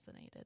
resonated